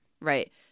Right